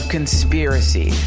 Conspiracy